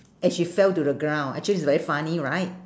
and she fell to the ground actually is very funny right